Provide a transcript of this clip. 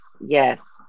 yes